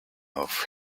off